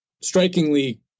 strikingly